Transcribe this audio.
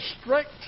strict